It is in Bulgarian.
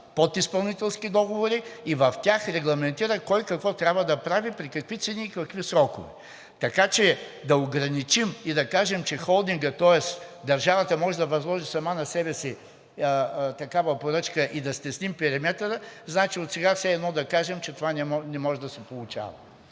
подизпълнителски договори и в тях регламентира кой какво трябва да прави, при какви цени и в какви срокове. Така че да ограничим и да кажем, че холдингът, тоест държавата може да възложи сама на себе си такава поръчка и да стесним периметъра, значи отсега все едно да кажем, че това не може да се получава.